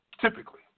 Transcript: typically